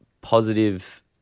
positive